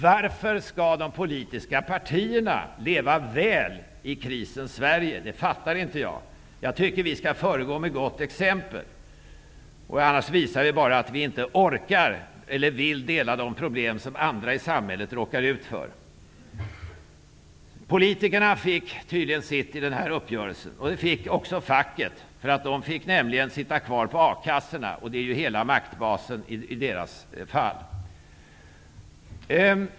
Varför skall de politiska partierna leva väl i krisens Sverige? Det fattar inte jag. Jag tycker att vi skall föregå med gott exempel. Annars visar vi bara att vi inte orkar eller vill dela de problem som andra i samhället råkar ut för. Politikerna fick tydligen sitt i den här uppgörelsen, och det fick också facken -- de fick nämligen sitta kvar på a-kassorna. Det är ju hela deras maktbas.